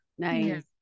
Nice